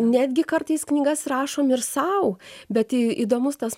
netgi kartais knygas rašom ir sau bet į įdomus tas